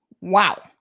wow